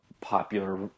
popular